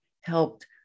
helped